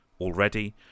already